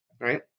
right